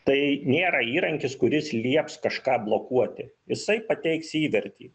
tai nėra įrankis kuris lieps kažką blokuoti jisai pateiks įvertį